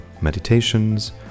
meditations